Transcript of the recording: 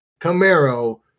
Camaro